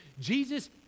Jesus